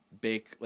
bake